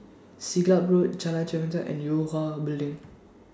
Siglap Road Jalan Chempedak and Yue Hwa Building